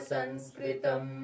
Sanskritam